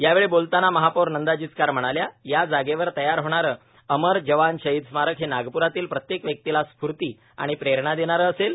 यावेळी बोलताना महापौर नंदा जिचकार म्हणाल्या या जागेवर तयार होणारं अमर जवान शहीद स्मारक हे नागप्रातील प्रत्येक व्यक्तीला स्फूर्ती आणि प्रेरणा देणारं असेल